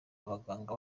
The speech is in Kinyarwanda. abaganga